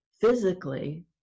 physically